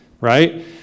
right